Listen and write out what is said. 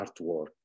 artwork